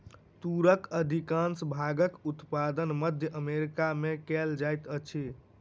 तूरक अधिकाँश भागक उत्पादन मध्य अमेरिका में कयल जाइत अछि